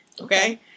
Okay